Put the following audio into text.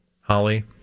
Holly